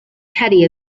teddy